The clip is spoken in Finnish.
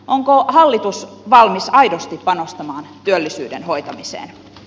onko hallitus valmis aidosti panostamaan työllisyyden hoitamiseen